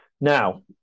Now